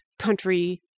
country